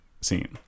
scene